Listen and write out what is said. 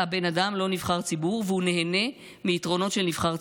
האדם הוא לא נבחר ציבור והוא נהנה מיתרונות של נבחר ציבור.